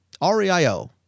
R-E-I-O